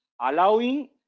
allowing